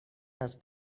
است